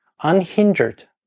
unhindered